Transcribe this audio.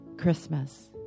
Christmas